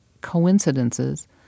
coincidences